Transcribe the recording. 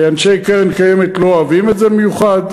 אנשי קרן-קיימת לא אוהבים את זה במיוחד.